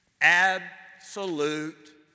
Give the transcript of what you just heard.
absolute